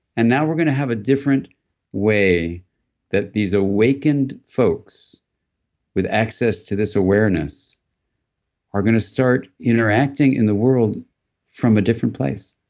and now we're going to have a different way that these awakened folks with access to this awareness are going to start interacting in the world from a different place.